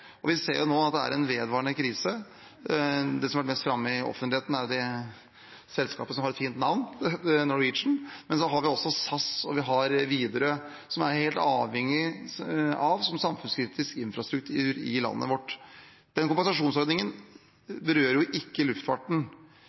Vi ser at det er en vedvarende krise nå. Det som har vært mest framme i offentligheten, er det selskapet som har et fint navn: Norwegian. Men vi har også SAS og Widerøe, som vi er helt avhengige av som en del av den samfunnskritiske infrastrukturen i landet vårt. Kompensasjonsordningen berører ikke luftfarten.